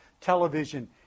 television